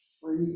Free